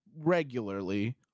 regularly